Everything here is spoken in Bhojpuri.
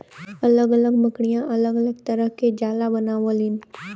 अलग अलग मकड़िया अलग अलग तरह के जाला बनावलीन